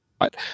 Right